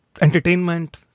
entertainment